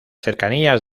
cercanías